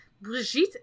Brigitte